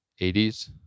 80s